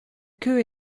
queue